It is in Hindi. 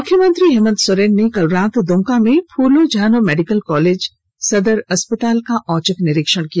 मुख्यमंत्री हेमन्त सोरेन ने कल रात दुमका में फूलो झानो मेडिकल कॉलेज अस्पताल सदर अस्पताल का औचक निरीक्षण किया